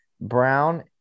Brown